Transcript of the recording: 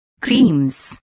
creams